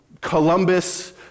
Columbus